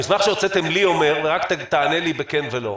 המסמך שהוצאתם לי אומר, ורק תענה לי בכן ולא,